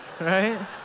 right